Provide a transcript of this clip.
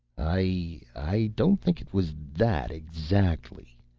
i. i don't think it was that. exactly.